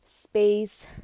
space